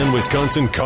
Wisconsin